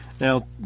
Now